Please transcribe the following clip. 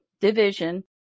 division